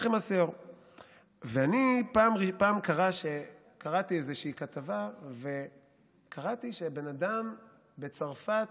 פעם קראתי כתבה שבן אדם בצרפת,